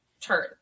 turn